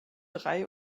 drei